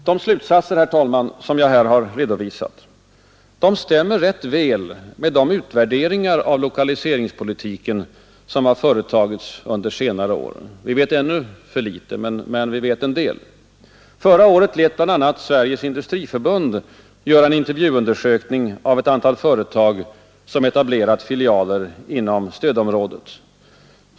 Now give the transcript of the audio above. De slutsatser som jag här redovisat, herr talman, stämmer rätt väl med de utvärderingar av lokaliseringspolitiken som företagits under senare år. Förra året lät bl.a. Sveriges industriförbund göra en intervjuundersökning av ett antal företag som etablerat filialer inom stödområdet.